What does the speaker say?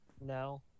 No